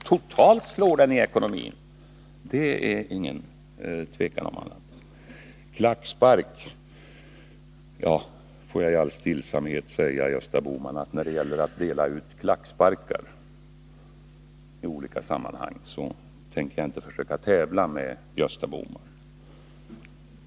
Men totalt kräver devalveringen sin tribut i ekonomin. Det är inget tvivel om annat. Det talades om klacksparkar. Får jag i all stillsamhet säga till Gösta Bohman, att när det gäller att dela ut klacksparkar i politiska sammanhang, tänker jag inte försöka tävla med honom.